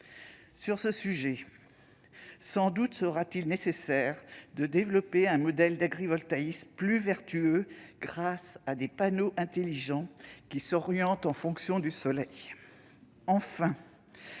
Sur ce sujet, sans doute sera-t-il nécessaire de développer un modèle d'agrivoltaïsme plus vertueux, grâce à des panneaux intelligents qui s'orientent en fonction de la